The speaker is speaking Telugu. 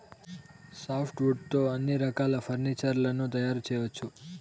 సాఫ్ట్ వుడ్ తో అన్ని రకాల ఫర్నీచర్ లను తయారు చేయవచ్చు